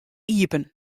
iepen